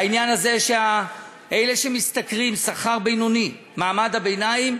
בעניין שאלה שמשתכרים שכר בינוני, מעמד הביניים,